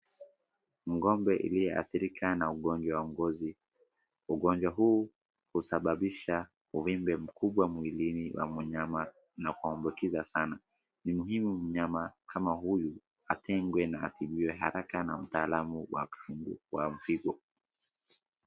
Ng'ombe iliyeadhirika na ugonjwa wa ngozi. Ugonjwa huu husababisha uvimbe mkubwa mwilini wa mnyama na kuambukiza sana. Ni muhimu mnyama kama huyu atengwe na atibiwe haraka na mtaalamu wa vigo .